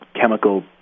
chemical